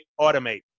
automate